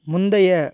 முந்தைய